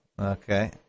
Okay